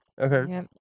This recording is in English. Okay